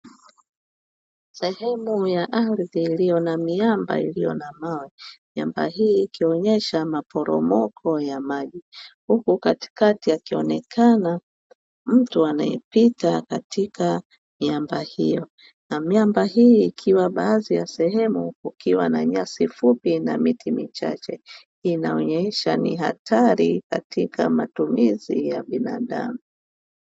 Sehemu ya ardhi iliyo na miamba iliyo na mawe, miamba hii ikionyesha maporomoko ya maji huku katikati akionekana mtu anaepita katika miamba hiyo na miamba hii ikiwa baadhi ya sehemu kukiwa na nyasi fupi na miti michache, hii inaonyesha ni hatari katika matumizi ya binadamu.